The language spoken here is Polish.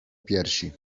piersi